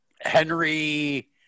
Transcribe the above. Henry